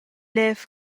lev